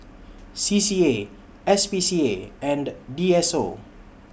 C C A S P C A and D S O